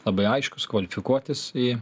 labai aiškus kvalifikuotis į